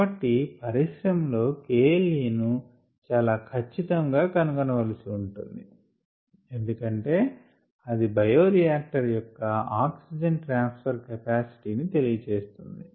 కాబట్టి పరిశ్రమలో KLaను చాలా ఖచ్చితముగా కనుగొనవలసి ఉంటుంది ఎందుకంటే అది బయోరియాక్టర్ యొక్క ఆక్సిజన్ ట్రాన్స్ ఫర్ కెపాసిటీ ని తెలియచేస్తుంది